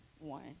one